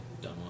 done